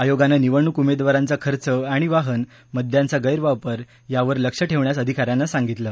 आयोगानं निवडणूक उमेदवारांचा खर्च आणि वाहनं मद्याचा गैरव्यापार यावर लक्ष ठेवण्यास अधिका यांना सांगितलं